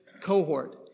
cohort